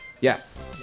Yes